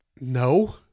no